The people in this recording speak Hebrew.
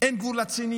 אין גבול לציניות?